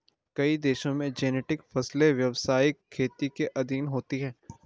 कई देशों में जेनेटिक फसलें व्यवसायिक खेती के अधीन होती हैं